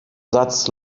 satz